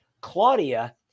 Claudia